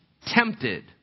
Tempted